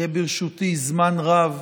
שיהיה ברשותי זמן רב